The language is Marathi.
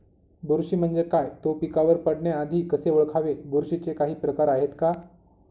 बुरशी म्हणजे काय? तो पिकावर पडण्याआधी कसे ओळखावे? बुरशीचे काही प्रकार आहेत का?